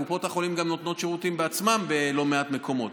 קופות החולים גם נותנות שירותים בעצמן בלא מעט מקומות